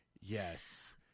Yes